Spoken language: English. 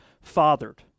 fathered